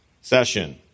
session